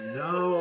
no